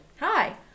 Hi